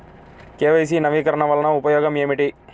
KYC నవీకరణ వలన ఉపయోగం ఏమిటీ?